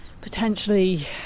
potentially